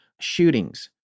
shootings